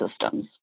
systems